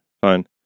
fine